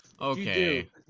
Okay